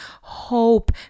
hope